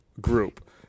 group